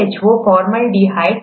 HCHO formaldehyde